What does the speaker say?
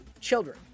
children